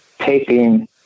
taping